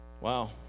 Wow